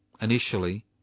initially